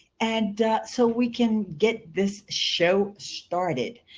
and so we can get this show started!